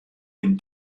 dem